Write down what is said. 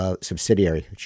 subsidiary